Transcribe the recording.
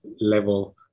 level